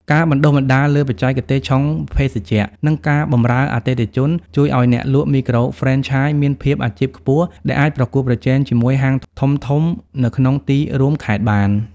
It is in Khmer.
ការបណ្ដុះបណ្ដាលលើ "បច្ចេកទេសឆុងភេសជ្ជៈ" និង "ការបម្រើអតិថិជន" ជួយឱ្យអ្នកលក់មីក្រូហ្វ្រេនឆាយមានភាពអាជីពខ្ពស់ ដែលអាចប្រកួតប្រជែងជាមួយហាងធំៗនៅក្នុងទីរួមខេត្តបាន។